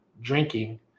drinking